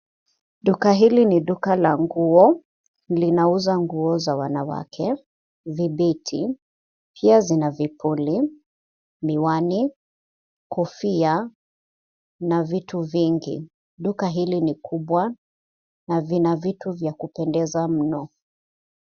Duka hili ni duka la nguo. Linauza nguo za wanawake , vibeti, pia zina vipuli, miwani, kofia na vitu vingi. Duka hili ni kubwa na vina vitu vya kupendeza mno.